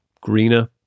greener